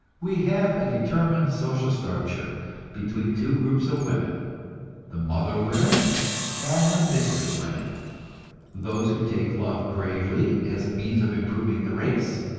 we have a determined social struggle between two groups of women the mother-women and the mistress-women those who take love gravely, as a means of improving the race,